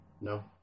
No